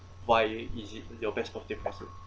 why is it your best birthday present